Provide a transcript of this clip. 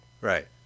Right